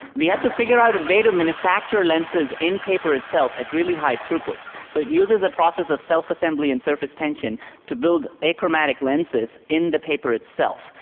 we had to figure out a way to manufacture lenses in paper itself at really high throughputs, so it uses a process of self-assembly and surface tension to build achromatic lenses in the paper itself.